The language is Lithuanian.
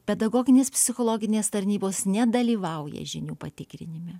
pedagoginės psichologinės tarnybos nedalyvauja žinių patikrinime